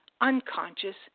unconscious